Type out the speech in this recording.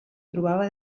trobava